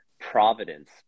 Providence